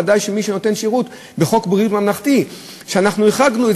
ודאי שאת מי שנותן שירות לפי חוק ביטוח בריאות ממלכתי אנחנו החרגנו,